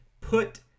Put